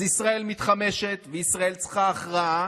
אז ישראל מתחמשת, וישראל צריכה הכרעה.